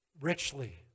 richly